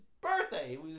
birthday